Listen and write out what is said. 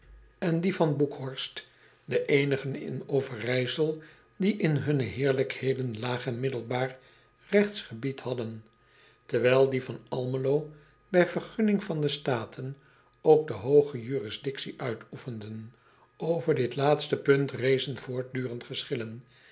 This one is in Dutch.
en potlood eel oeckhorst de eenigen in verijsel die in hunne heerlijkheden laag en middelbaar regtsgebied hadden terwijl die van lmelo bij vergunning van de taten ook de hooge jurisdictie uitoefenden ver dit laatste punt rezen voortdurend geschillen